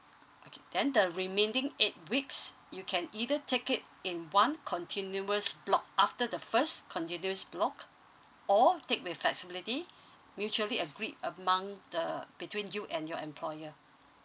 okay then the remaining eight weeks you can either take it in one continuous block after the first continuous block or take with flexibility mutually agreed among the between you and your employer